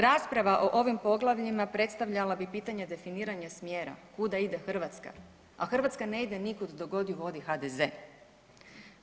Rasprava o ovim poglavljima predstavljala bi pitanje definiranja smjera, kuda ide Hrvatska, a Hrvatska ne de nikud dok god ju vodi HDZ-e.